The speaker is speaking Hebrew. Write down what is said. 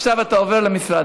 ועכשיו אתה עובר משרד.